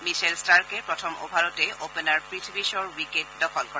Mitchell ষ্টাৰ্কে প্ৰথম অভাৰতে অপেনাৰ পথী শ্বৰ উইকেট দখল কৰে